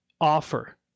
offer